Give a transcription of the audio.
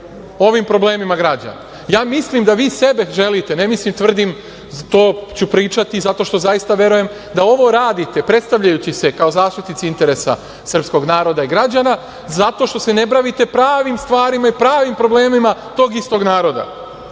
ovim problemima građana. Ja mislim da vi sebe želite, ne mislim, tvrdim, to ću pričati zato što zaista verujem da ovo radite, predstavljajući se kao zaštitnici interesa srpskog naroda i građana, zato što se ne bavite pravim stvarima i pravim problemima tog istog naroda. Ono